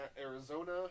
Arizona